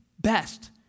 best